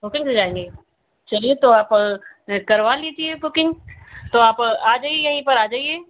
booking से जाएंगी चलिए तो आप करवा लीजिए बुकिंग तो आप आ जाइए यहीं पर आ जाइए